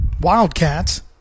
Wildcats